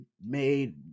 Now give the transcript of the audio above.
made